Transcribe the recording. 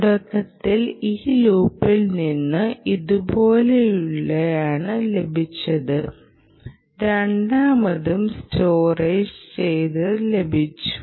തുടക്കത്തിൽ ഈ ലൂപ്പിൽ നിന്ന് ഇതുപോലെയാണ് ലഭിച്ചത് രണ്ടാമതും സ്റ്റോർ ചെയ്തത് ലഭിച്ചു